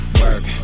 work